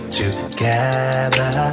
together